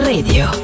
Radio